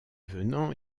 venant